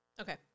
Okay